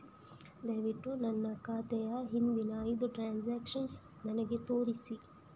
ದಯವಿಟ್ಟು ನನ್ನ ಖಾತೆಯ ಹಿಂದಿನ ಐದು ಟ್ರಾನ್ಸಾಕ್ಷನ್ಸ್ ನನಗೆ ತೋರಿಸಿ